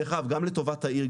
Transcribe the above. דרך אגב גם לטובת העיר,